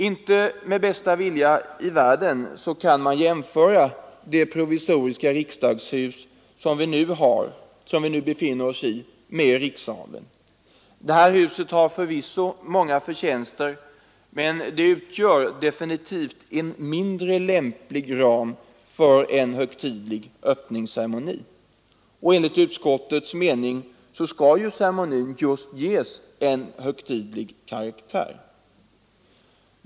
Inte med bästa vilja i världen kan man jämföra det provisoriska riksdagshus som vi nu befinner oss i med rikssalen. Detta hus har förvisso många förtjänster, men det utgör definitivt en mindre lämplig ram för en högtidlig öppningsceremoni. Och enligt utskottets mening skall ju ceremonin ges just en högtidlig karaktär.